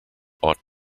ought